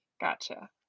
Gotcha